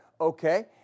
okay